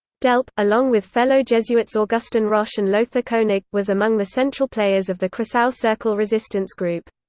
delp along with fellow jesuits augustin rosch and lothar konig was among the central players of the kreisau circle resistance group.